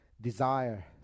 Desire